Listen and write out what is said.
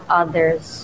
others